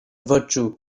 virtue